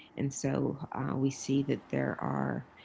and so we see that there are,